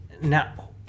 Now